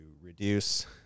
reduce